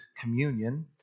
communion